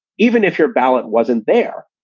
even if your ballot wasn't there.